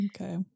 Okay